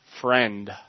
friend